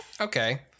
Okay